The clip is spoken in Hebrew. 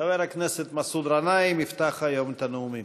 חבר הכנסת מסעוד גנאים יפתח היום את הנאומים.